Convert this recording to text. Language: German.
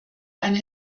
eine